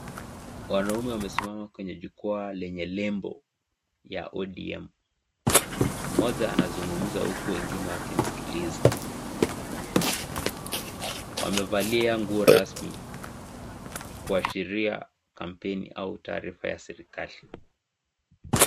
Wanaume wamesimama kwenye jukwaa lenye nembo ya ODM. Moja anazungumza huku wengine wakimsikiliza. Wamevalia nguo rasmi kuashiria kampeni au taarifa ya serikali.